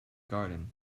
garden